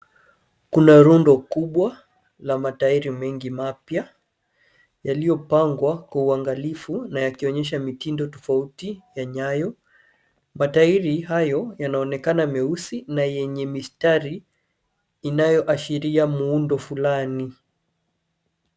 Kuna rundo kubwa la matairi mengi mapya, yaliyopangwa kwa uangalifu na yakionyesha mitindo tofauti ya nyayo. Matairi hayo yanaonekana meusi na yenye mistari inayoashiria muundo fulani.